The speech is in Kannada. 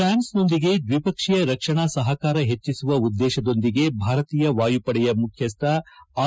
ಪ್ರಾನ್ಸನೊಂದಿಗೆ ದ್ವಿಪಕ್ಷೀಯ ರಕ್ಷಣಾ ಸಪಕಾರ ಹೆಚ್ಚಿಸುವ ಉದ್ದೇಶದೊಂದಿಗೆ ಭಾರತೀಯ ವಾಯುಪಡೆಯ ಮುಖ್ಚಿಸ್ಥ ಆರ್